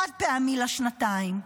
חד-פעמי לשנתיים.